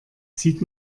zieht